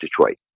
Detroit